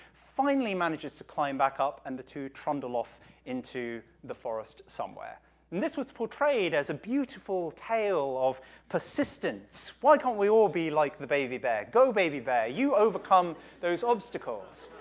finally manages to climb back up, and the two trundle off into the forest somewhere, and this was portrayed as a beautiful tale of persistence. why can't be all be like the baby bear? go, baby bear, you overcome those obstacles,